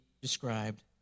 described